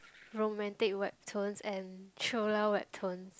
romantic webtoons and thriller webtoons